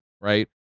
right